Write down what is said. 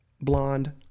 blonde